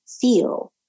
feel